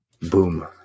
Boom